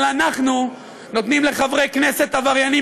אבל אנחנו נותנים לחברי כנסת עבריינים